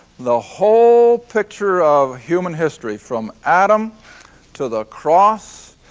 the whole picture of human history from adam to the cross,